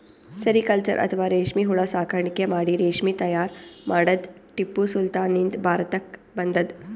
sericulture ಅಥವಾ ರೇಶ್ಮಿ ಹುಳ ಸಾಕಾಣಿಕೆ ಮಾಡಿ ರೇಶ್ಮಿ ತೈಯಾರ್ ಮಾಡದ್ದ್ ಟಿಪ್ಪು ಸುಲ್ತಾನ್ ನಿಂದ್ ಭಾರತಕ್ಕ್ ಬಂದದ್